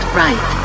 right